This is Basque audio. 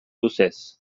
luzez